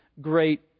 great